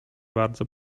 bardzo